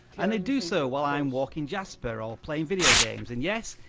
and they do so while i'm walking jasper, or playing video games and yes,